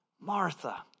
Martha